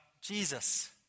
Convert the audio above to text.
Jesus